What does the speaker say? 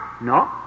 No